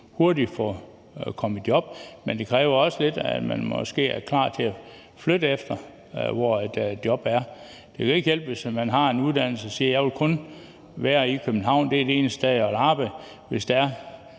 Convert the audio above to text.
hurtigt kunne komme i job. Men det kræver også lidt, at man måske er klar til at flytte efter, hvor der er job. Det kan jo ikke hjælpe noget, at man, hvis man har en uddannelse, siger: Jeg vil kun være i København; det er det eneste sted, jeg vil arbejde. Hvis der er